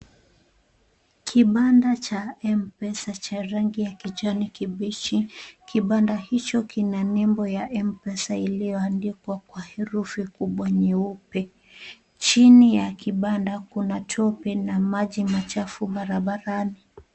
Kibanda cha M-pesa cha rangi ya kijani kibichi. Kibanda hicho kina nembo ya M-pesa iliyoandikwa kwa herufi kubwa nyeupe. Chini ya kibanda kuna tope na maji machafu barabarani.